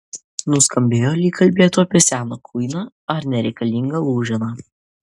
nuskambėjo lyg kalbėtų apie seną kuiną ar nereikalingą lūženą